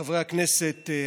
חברי הכנסת,